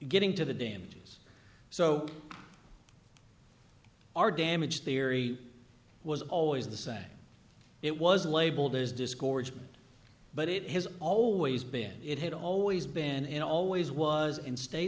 getting to the damages so our damage theory was always the same it was labeled as disgorgement but it has always been it had always been and it always was and stay